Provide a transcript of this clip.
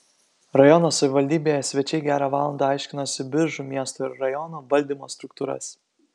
rajono savivaldybėje svečiai gerą valandą aiškinosi biržų miesto ir rajono valdymo struktūras